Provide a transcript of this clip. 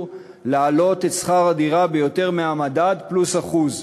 להעלות את שכר הדירה ביותר מהמדד פלוס אחוז,